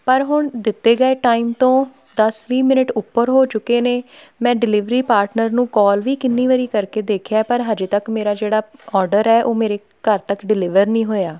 ਪਰ ਹੁਣ ਦਿੱਤੇ ਗਏ ਟਾਈਮ ਤੋਂ ਦਸ ਵੀਹ ਮਿੰਟ ਉੱਪਰ ਹੋ ਚੁੱਕੇ ਨੇ ਮੈਂ ਡਿਲੀਵਰੀ ਪਾਰਟਨਰ ਨੂੰ ਕੋਲ ਵੀ ਕਿੰਨੀ ਵਾਰੀ ਕਰਕੇ ਦੇਖਿਆ ਪਰ ਹਜੇ ਤੱਕ ਮੇਰਾ ਜਿਹੜਾ ਔਰਡਰ ਹੈ ਉਹ ਮੇਰੇ ਘਰ ਤੱਕ ਡਿਲੀਵਰ ਨਹੀਂ ਹੋਇਆ